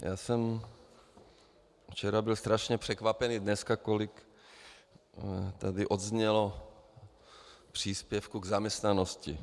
Já jsem včera byl strašně překvapený, dneska kolik tady zaznělo příspěvků k zaměstnanosti.